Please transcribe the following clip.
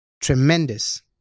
Tremendous